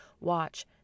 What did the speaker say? watch